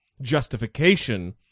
justification